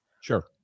sure